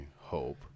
hope